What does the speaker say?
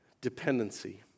dependency